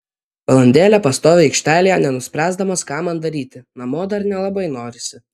valandėlę pastoviu aikštelėje nenuspręsdamas ką man daryti namo dar nelabai norisi